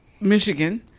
Michigan